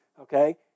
okay